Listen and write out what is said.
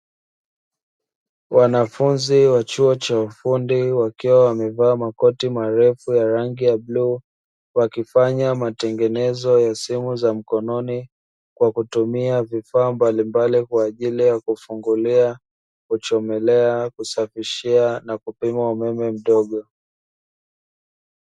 Wanafunzi wa chuo cha ufundi wakiwa wamevaa makoti marefu ya rangi ya bluu, wakifanya matengenezo ya simu za mkononi kwa kutumia vifaa mbalimbali kwa ajili ya: kufungulia, kuchomelea, kusafishia na kupima umeme mdogo.